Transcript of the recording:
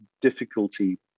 difficulty